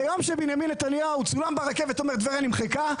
ביום שבנימין נתניהו צולם ברכבת אומר 'טבריה נמחקה',